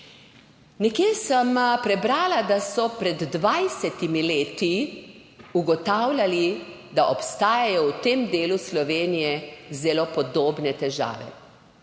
Nekje sem prebrala, da so pred 20 leti ugotavljali, da obstajajo v tem delu Slovenije zelo podobne težave.